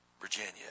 Virginia